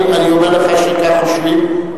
אני אומר לך שכך חושבים,